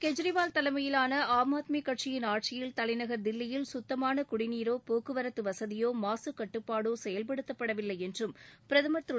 கெஜ்ரிவால் தலைமையிலான ஆம் ஆத்மி கட்சியின் ஆட்சியில் தலைநகர் தில்லியில் கத்தமான குடிநீரோ போக்குவரத்து வசதியோ மாக கட்டுப்பாடோ செயல்படுத்தப்படவில்லை என்றும் பிரதமர் திரு